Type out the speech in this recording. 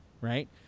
right